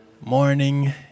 Morning